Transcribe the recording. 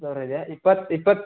ಸಾವಿರ ಇದೆ ಇಪ್ಪತ್ತು ಇಪ್ಪತ್ತು